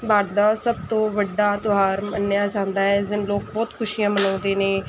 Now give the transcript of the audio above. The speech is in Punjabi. ਭਾਰਤ ਦਾ ਸਭ ਤੋਂ ਵੱਡਾ ਤਿਉਹਾਰ ਮੰਨਿਆ ਜਾਂਦਾ ਹੈ ਇਸ ਦਿਨ ਲੋਕ ਬਹੁਤ ਖੁਸ਼ੀਆਂ ਮਨਾਉਂਦੇ ਨੇ